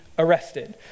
Arrested